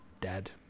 dad